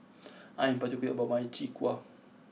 I am particular about my Chwee Kueh